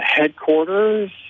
headquarters